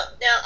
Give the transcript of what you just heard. Now